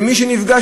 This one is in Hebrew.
ומי שנפגש,